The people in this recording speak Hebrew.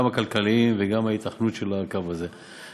גם הכלכליים וגם ההיתכנות של הקו הזה.